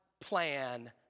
plan